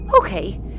Okay